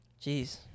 Jeez